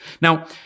Now